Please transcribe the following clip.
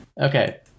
okay